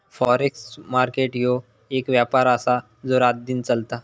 forex market ह्यो एक व्यापार आसा जो रातदिन चलता